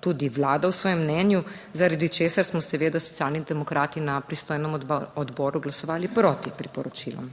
tudi Vlada v svojem mnenju, zaradi česar smo seveda Socialni demokrati na pristojnem odboru glasovali proti priporočilom.